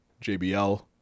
JBL